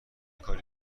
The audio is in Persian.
کاری